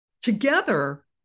together